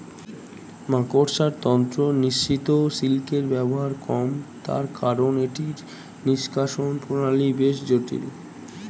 মাকড়সার তন্তু নিঃসৃত সিল্কের ব্যবহার কম, তার কারন এটির নিষ্কাশণ প্রণালী বেশ জটিল